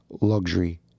luxury